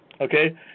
okay